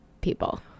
people